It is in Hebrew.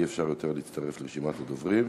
אי-אפשר להצטרף לרשימת הדוברים.